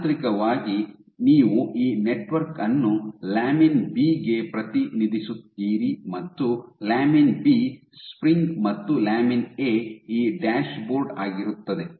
ಯಾಂತ್ರಿಕವಾಗಿ ನೀವು ಈ ನೆಟ್ವರ್ಕ್ ಅನ್ನು ಲ್ಯಾಮಿನ್ ಬಿ ಗೆ ಪ್ರತಿನಿಧಿಸುತ್ತೀರಿ ಮತ್ತು ಲ್ಯಾಮಿನ್ ಬಿ ಸ್ಪ್ರಿಂಗ್ ಮತ್ತು ಲ್ಯಾಮಿನ್ ಎ ಈ ಡ್ಯಾಶ್ಬೋರ್ಡ್ ಆಗಿರುತ್ತದೆ